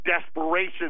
desperation